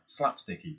slapsticky